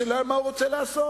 השאלה היא מה הוא רוצה לעשות.